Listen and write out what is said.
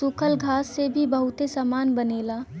सूखल घास से भी बहुते सामान बनेला